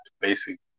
basic